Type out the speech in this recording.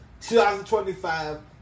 2025